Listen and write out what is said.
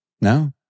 No